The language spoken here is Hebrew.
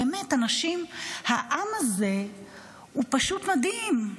באמת, אנשים, העם הזה הוא פשוט מדהים.